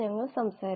T